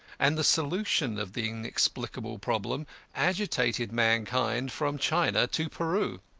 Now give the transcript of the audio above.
and the solution of the inexplicable problem agitated mankind from china to peru.